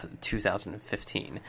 2015